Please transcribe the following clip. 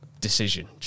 decision